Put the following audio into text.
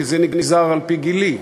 כי זה נגזר על-פי גילי.